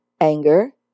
anger